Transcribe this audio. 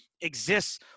exists